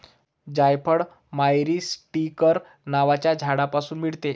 जायफळ मायरीस्टीकर नावाच्या झाडापासून मिळते